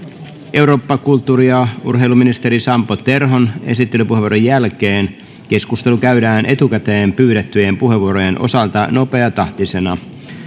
eurooppa kulttuuri ja urheiluministeri sampo terhon esittelypuheenvuoron jälkeen keskustelu käydään etukäteen pyydettyjen puheenvuorojen osalta nopeatahtisena